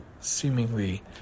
seemingly